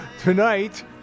Tonight